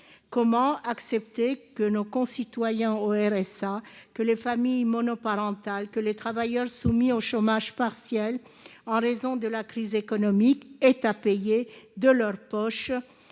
Comment accepter que nos concitoyens au RSA, les familles monoparentales, les travailleurs soumis au chômage partiel en raison de la crise économique aient à payer de leur poche